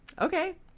Okay